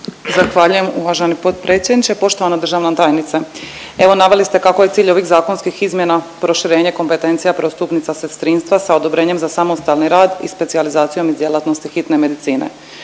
Zahvaljujem uvaženi potpredsjedniče. Poštovana državna tajnice, evo naveli ste kako je cilj ovih zakonskih izmjena proširenje kompetencija prvostupnica sestrinstva sa odobrenjem za samostalni rad i specijalizacijom iz djelatnosti hitne medicine.